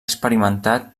experimentat